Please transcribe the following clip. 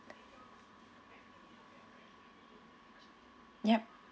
yup